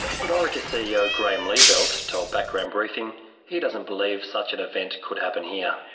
but orica ceo, graeme liebelt, told background briefing he doesn't believe such an event could happen here.